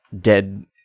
dead